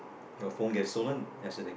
your phone gets stolen that is an